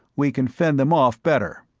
we can fend them off better.